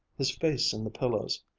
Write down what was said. his face in the pillows.